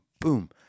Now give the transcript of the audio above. boom